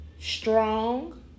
Strong